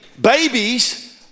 Babies